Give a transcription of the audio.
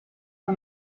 for